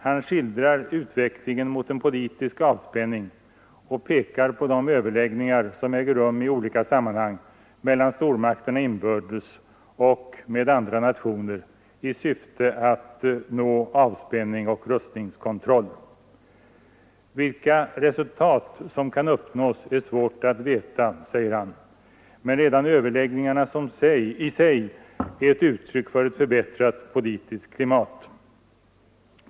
Han skildrar utvecklingen mot en politisk avspänning och pekar på de överläggningar som äger rum i olika sammanhang mellan stormakterna inbördes och med andra nationer i syfte att nå avspänning och rustningskontroll. Vilka resultat som kan uppnås är svårt att veta, säger han, men redan överläggningarna i sig är ett uttryck för ett förbättrat politiskt klimat.